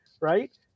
right